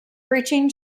breaching